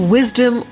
Wisdom